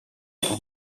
for